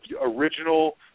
original